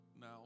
now